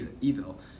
evil